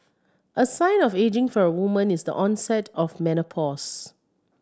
a sign of ageing for a woman is the onset of menopause